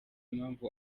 impamvu